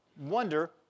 wonder